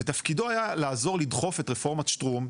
ותפקידו היה לעזור לדחוף את רפורמת שטרום,